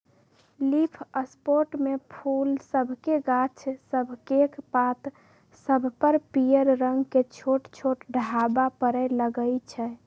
leaf spot में फूल सभके गाछ सभकेक पात सभ पर पियर रंग के छोट छोट ढाब्बा परै लगइ छै